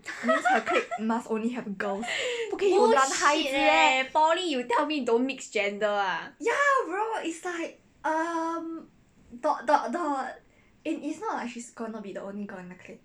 bullshit leh poly you tell me don't mix gender ah